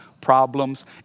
problems